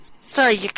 Sorry